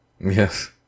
yes